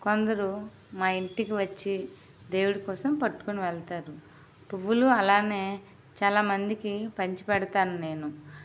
కొందరు మా ఇంటికి వచ్చి దేవుడు కోసం పట్టుకుని వెళ్తారు పువ్వులు అలాగే చాలామందికి పంచి పెడతాను నేను